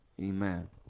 Amen